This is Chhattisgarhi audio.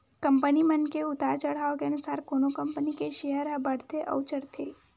कंपनी मन के उतार चड़हाव के अनुसार कोनो कंपनी के सेयर ह बड़थे अउ चढ़थे